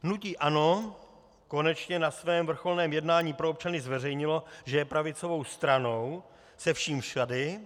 Hnutí ANO konečně na svém vrcholném jednání pro občany zveřejnilo, že je pravicovou stranou se vším všudy.